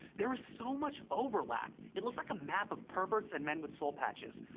there's so much overlap. it's looks like a map of perverts and men with soul patches.